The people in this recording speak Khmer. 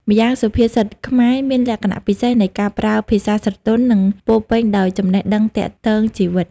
ម្យ៉ាងសុភាសិតខ្មែរមានលក្ខណៈពិសេសនៃការប្រើ ភាសាស្រទន់ និងពោរពេញដោយចំណេះដឹងទាក់ទងជីវិត។